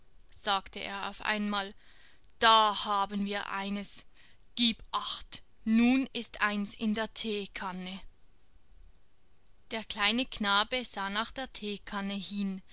sagte er auf einmal da haben wir eines gieb acht nun ist eins in der theekanne der kleine knabe sah nach der theekanne hin